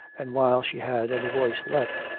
and while she had any voice left,